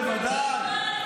בוודאי.